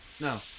No